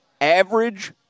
average